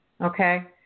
Okay